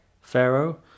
Pharaoh